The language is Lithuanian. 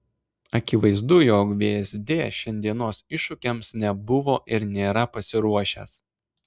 akivaizdu jog vsd šiandienos iššūkiams nebuvo ir nėra pasiruošęs